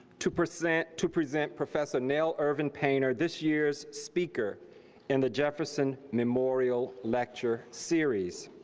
to present to present professor nell irvin painter this year's speaker in the jefferson memorial lecture series.